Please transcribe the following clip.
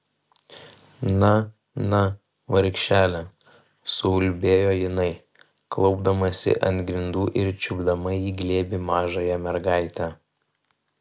na na vargšele suulbėjo jinai klaupdamasi ant grindų ir čiupdama į glėbį mažąją mergaitę